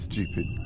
Stupid